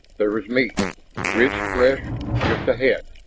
there was meat rich, fresh just ahead.